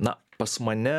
na pas mane